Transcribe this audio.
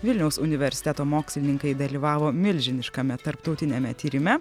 vilniaus universiteto mokslininkai dalyvavo milžiniškame tarptautiniame tyrime